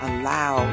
Allow